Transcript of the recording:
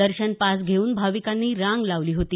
दर्शनपास घेऊन भाविकांनी रांग लावली होती